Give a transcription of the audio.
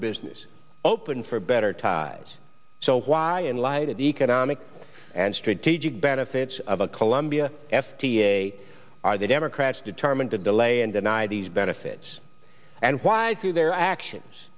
business open for better ties so why in light of the economic and strategic benefits of a colombia f t a are the democrats determined to delay and deny these benefits and why do their actions